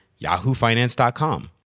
yahoofinance.com